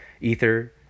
ether